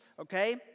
okay